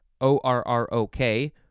O-R-R-O-K